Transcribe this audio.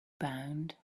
bound